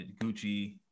Gucci